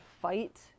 fight